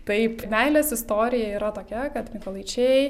taip meilės istorija yra tokia kad mykolaičiai